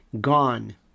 Gone